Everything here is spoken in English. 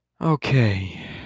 Okay